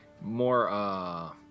more